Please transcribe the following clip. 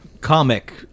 comic